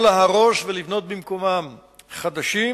או להרוס ולבנות במקומם חדשים,